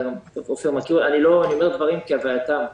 אני אומר דברים כהווייתם.